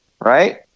right